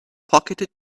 pocketed